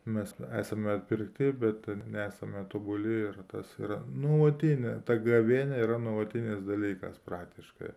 mes esame atpirkti bet nesame tobuli ir tas yra nuolatinė ta gavėnia yra nuolatinis dalykas praktiškai